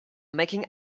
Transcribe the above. making